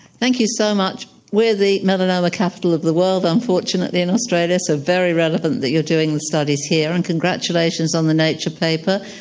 thank you so much. we are the melanoma capital of the world unfortunately in australia, so very relevant that you're doing the studies here, and congratulations on the nature paper.